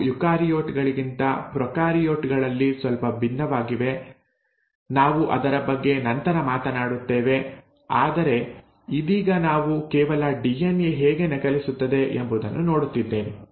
ಅವು ಯುಕಾರಿಯೋಟ್ ಗಳಿಗಿಂತ ಪ್ರೊಕಾರಿಯೋಟ್ ಗಳಲ್ಲಿ ಸ್ವಲ್ಪ ಭಿನ್ನವಾಗಿವೆ ನಾವು ಅದರ ಬಗ್ಗೆ ನಂತರ ಮಾತನಾಡುತ್ತೇವೆ ಆದರೆ ಇದೀಗ ನಾವು ಕೇವಲ ಡಿಎನ್ಎ ಹೇಗೆ ನಕಲಿಸುತ್ತದೆ ಎಂಬುದನ್ನು ನೋಡುತ್ತಿದ್ದೇವೆ